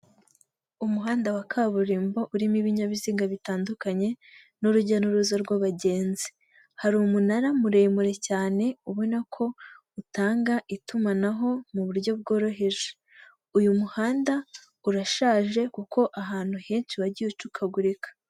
Umuhanda wa kaburimbo urimo ibinyabiziga bitandukanye, n'urugendo n'uruza rw'abagenzi. Hari umunara muremure cyane, ubona ko utanga itumanaho mu buryo bworoheje. Uyu muhanda urashaje kuko ahantu henshi wagiye ucukagurika.